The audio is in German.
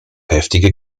heftige